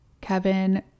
Kevin